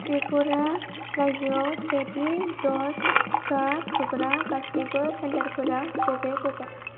त्रिपुरा रायजोआव सेथि दज टिका थुग्रा गासिबो सेन्टारफोरा बबे बबे